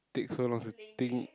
take so long to think